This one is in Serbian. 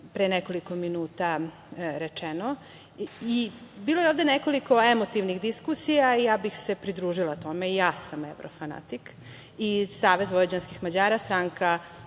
pre nekoliko minuta rečeno. Bilo je ovde nekoliko emotivnih diskusija i ja bih se pridružila tome i ja sam evrofanatik i Savez vojvođanskih Mađara, stranka